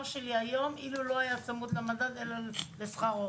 שלי היום אילו לא היה צמוד למדד אלא לשכר העובדים?